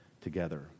together